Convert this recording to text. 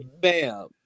bam